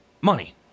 money